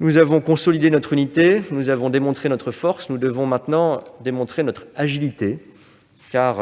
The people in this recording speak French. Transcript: Nous avons consolidé notre unité et témoigné de notre force. Nous devons maintenant démontrer notre agilité face